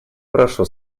прошу